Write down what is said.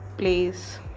place